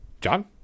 John